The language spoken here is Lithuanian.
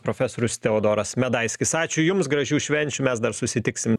profesorius teodoras medaiskis ačiū jums gražių švenčių mes dar susitiksim